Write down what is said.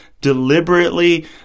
deliberately